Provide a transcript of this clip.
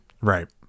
Right